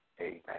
amen